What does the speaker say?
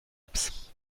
apps